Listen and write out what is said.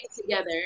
together